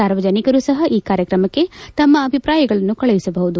ಸಾರ್ವಜನಿಕರು ಸಹ ಈ ಕಾರ್ಯಕ್ರಮಕ್ಕೆ ತಮ್ಮ ಅಭಿಪ್ರಾಯಗಳನ್ನು ಕಳುಹಿಸಬಹುದು